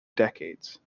decades